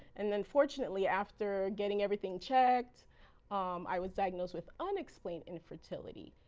and then fortunately after getting everything checked i was diagnosed with unexplained infertility.